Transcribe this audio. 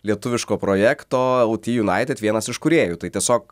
lietuviško projekto lt united vienas iš kūrėjų tai tiesiog